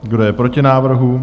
Kdo je proti návrhu?